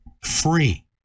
free